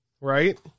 Right